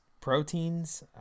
proteins